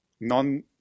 non